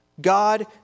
God